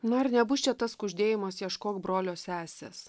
nu ar nebus čia tas kuždėjimas ieškok brolio sesės